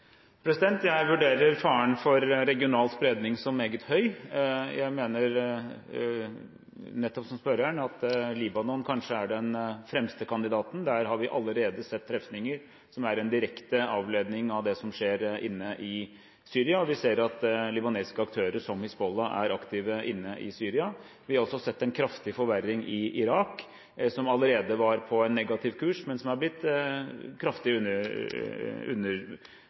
Jeg vurderer faren for regional spredning som meget høy. Jeg mener – nettopp som spørreren – at Libanon kanskje er den fremste kandidaten. Der har vi allerede sett trefninger som er en direkte avledning av det som skjer inne i Syria. Vi ser at libanesiske aktører, som Hizbollah, er aktive inne i Syria. Vi har også sett en kraftig forverring i Irak, som allerede var på en negativ kurs, men som har blitt kraftig